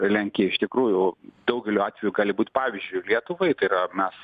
lenkija iš tikrųjų daugeliu atveju gali būt pavyzdžiu lietuvai tai yra mes